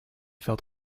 felt